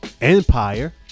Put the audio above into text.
Empire